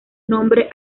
nombre